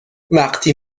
وقتی